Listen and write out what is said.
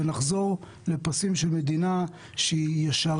ונחזור לפסים של מדינה ישרה,